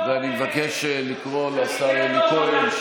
ואני מבקש לקרוא לשר אלי כהן,